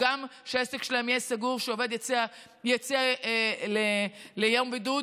שהעסק שלהם יהיה סגור וגם שעובד יצא ליום בידוד.